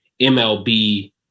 MLB